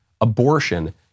Abortion